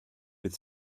with